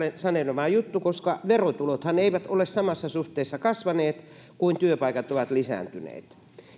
sanelema juttu koska verotulothan eivät ole samassa suhteessa kasvaneet kuin työpaikat ovat lisääntyneet